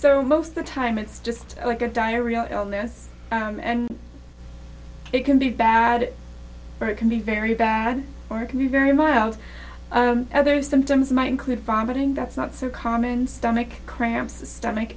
so most of the time it's just like a diarrheal illness and it can be bad it can be very bad or it can be very mild other symptoms might include farming that's not so common stomach cramps stomach